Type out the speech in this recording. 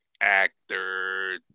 actor